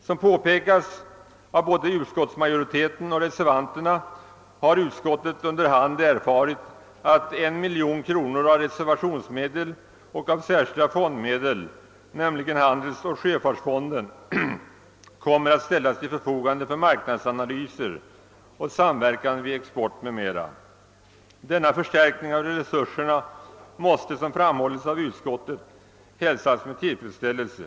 Som påpekats av både utskottsmajoriteten och reservanterna, har utskottet under hand erfarit att en miljon kronor av reservationsmedel och av särskilda fondmedel, nämligen handelsoch sjöfartsfonden, kommer att ställas till förfogande för marknadsanalyser och samverkan i export m.m. Denna förstärkning av resurserna måste, som framhålles av utskottet, hälsas med tillfredsställelse.